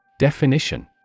Definition